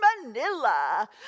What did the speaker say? manila